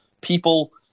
people